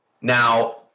Now